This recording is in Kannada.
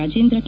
ರಾಜೇಂದ್ರ ಕೆ